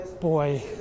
boy